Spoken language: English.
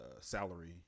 salary